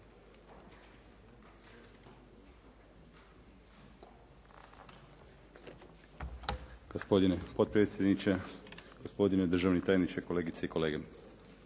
Hvala i vama.